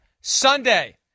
Sunday